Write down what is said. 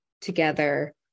together